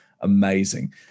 amazing